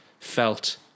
felt